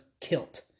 kilt